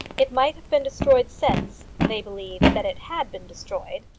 it might have been destroyed since. they believed that it had been destroyed.